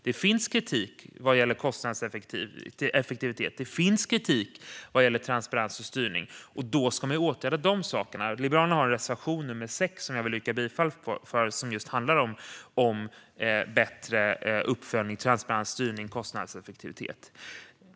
Det finns kritik när det gäller kostnadseffektivitet, och det finns kritik när det gäller transparens och styrning. Då ska man åtgärda dessa saker. Jag vill yrka bifall till Liberalernas reservation 6, som just handlar om bättre uppföljning, transparens, styrning och kostnadseffektivitet.